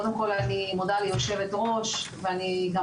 קודם כל אני מודה ליושבת הראש ואני גם